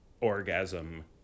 orgasm